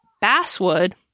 basswood